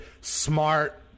smart